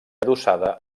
adossada